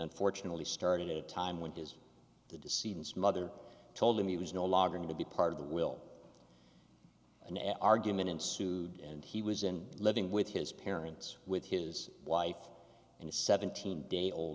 unfortunately started at a time when does the dissidents mother told him he was no longer need to be part of the will an argument ensued and he was in living with his parents with his wife and a seventeen day old